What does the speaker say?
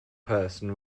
person